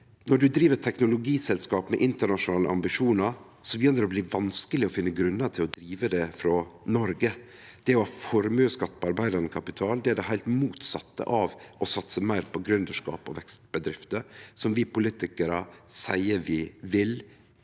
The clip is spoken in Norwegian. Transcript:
Når ein driv eit teknologiselskap med internasjonale ambisjonar, begynner det å bli vanskeleg å finne grunnar til å drive det frå Noreg. Å ha formuesskatt på arbeidande kapital er det heilt motsette av å satse meir på gründerskap og vekstbedrifter, som vi politikarar seier at vi